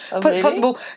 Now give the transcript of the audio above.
possible